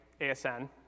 ASN